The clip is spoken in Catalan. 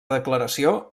declaració